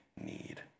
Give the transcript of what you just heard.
need